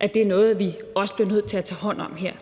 var det da noget, vi også blev nødt til at tage hånd om her.